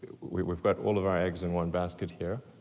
we've got all of our eggs in one basket here.